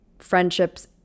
friendships